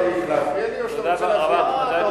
אתה רוצה להפריע לי או שאתה רוצה לעזור לי?